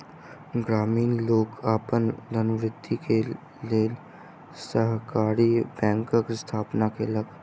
ग्रामीण लोक अपन धनवृद्धि के लेल सहकारी बैंकक स्थापना केलक